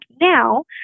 now